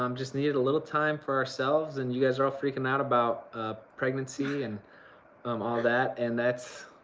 um just needed a little time for ourselves and you guys are all freaking out about ah pregnancy and um all that and that'.